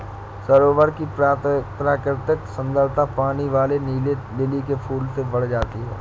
सरोवर की प्राकृतिक सुंदरता पानी वाले नीले लिली के फूल से बढ़ जाती है